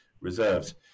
reserves